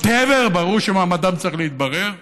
what ever, ברור שמעמדם צריך להתברר,